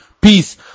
Peace